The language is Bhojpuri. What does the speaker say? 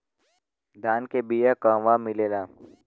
धान के बिया कहवा मिलेला?